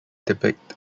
depict